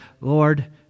Lord